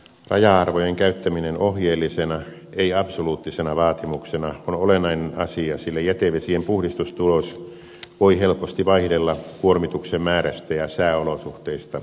raja arvojen käyttäminen ohjeellisena ei absoluuttisena vaatimuksena on olennainen asia sillä jätevesien puhdistustulos voi helposti vaihdella kuormituksen määrästä ja sääolosuhteista riippuen